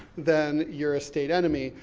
then, you're a state enemy.